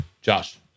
Josh